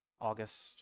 August